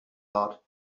heart